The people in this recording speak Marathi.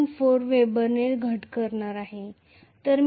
4 wb ने घट करणार आहे